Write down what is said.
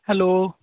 hello